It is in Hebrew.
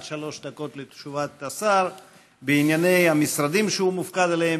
עד שלוש דקות לתשובת השר בענייני המשרדים שהוא מופקד עליהם,